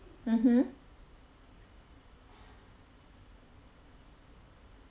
mmhmm